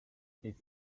its